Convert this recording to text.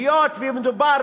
היות שמדובר